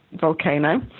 volcano